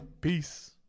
Peace